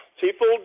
people